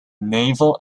naval